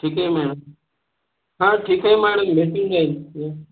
ठीक आहे मॅडम हां ठीक आहे मॅडम भेटून जाईल